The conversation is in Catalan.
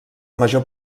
major